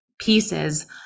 pieces